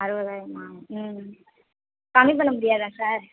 அறுபதாயிரம்மா ம் கம்மி பண்ண முடியாதா சார்